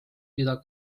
mida